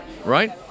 right